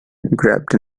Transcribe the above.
grabbed